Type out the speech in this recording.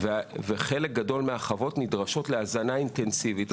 וחלק גדול מהחוות נדרשות להזנה אינטנסיבית.